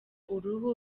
uruhu